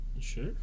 sure